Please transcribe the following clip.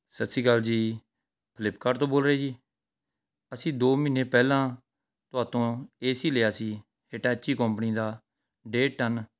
ਸਤਿ ਸ਼੍ਰੀ ਅਕਾਲ ਜੀ ਫਲਿੱਪਕਾਰਟ ਤੋਂ ਬੋਲ ਰਹੇ ਜੀ ਅਸੀਂ ਦੋ ਮਹੀਨੇ ਪਹਿਲਾਂ ਤੁਹਾਡੇ ਤੋਂ ਏ ਸੀ ਲਿਆ ਸੀ ਹਿਟੈਚੀ ਕੋਪਨੀ ਦਾ ਡੇਢ ਟਨ